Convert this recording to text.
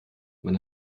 man